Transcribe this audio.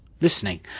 listening